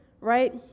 right